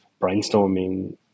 brainstorming